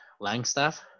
Langstaff